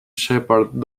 shepherd